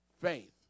faith